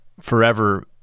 forever